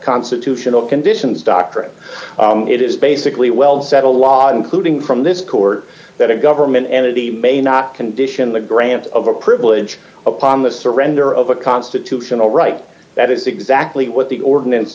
constitutional conditions doctrine it is basically well set a lot including from this court that a government entity may not condition the grant of a privilege upon the surrender of a constitutional right that is exactly what the ordinance